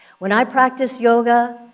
when i practiced yoga,